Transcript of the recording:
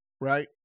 right